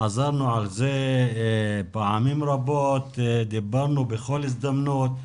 חזרנו על זה פעמים רבות ודיברנו בכל הזדמנות,